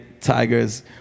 Tigers